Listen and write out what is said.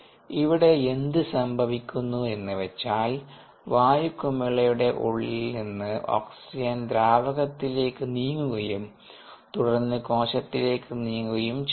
ഇവിടെ എന്ത് സംഭവിക്കുന്നു എന്നു വച്ചാൽ വായു കുമിളയുടെ ഉള്ളിൽ നിന്ന് ഓക്സിജൻ ദ്രാവകത്തിലേക്ക് നീങ്ങുകയും തുടർന്ന് കോശത്തിലേക്ക് നീങ്ങുകയും ചെയ്യുന്നു